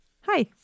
Hi